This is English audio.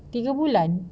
tiga bulan